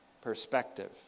perspective